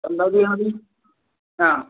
എന്താ ചെയ്യുന്നത് ആ